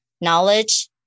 knowledge